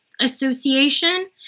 Association